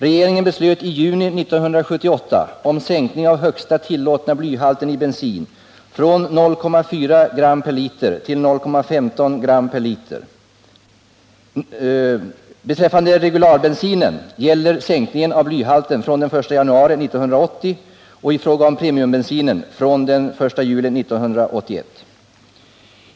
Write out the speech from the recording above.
Regeringen beslöt i juni 1978 om sänkning av högsta tillåtna blyhalten i bensin från 0,40 g l. Beträffande regularbensinen gäller sänkningen av blyhalten från den 1 januari 1980 och i fråga om premiumbensinen från den 1 juli 1981.